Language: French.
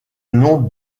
nom